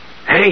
Hey